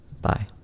Bye